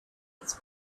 its